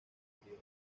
período